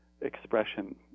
expression